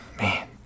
man